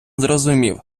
зрозумів